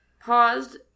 paused